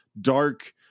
dark